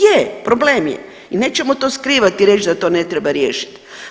Je, problem je i nećemo to skrivati i reći da to ne treba riješiti.